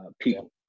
people